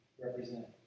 represent